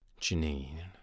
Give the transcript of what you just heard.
Janine